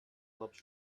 clubs